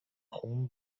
خون